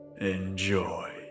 Enjoy